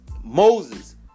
Moses